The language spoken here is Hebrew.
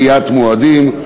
דחיית מועדים),